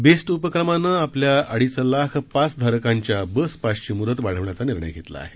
best उपक्रमानं आपल्या अडीच लाख पासधारकांच्या बस पासची मुदत वाढवण्याचा निर्णय घेतला आहे